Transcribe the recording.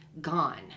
gone